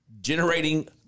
generating